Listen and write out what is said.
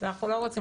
ואנחנו לא רוצים,